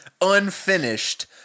unfinished